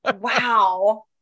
Wow